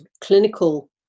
clinical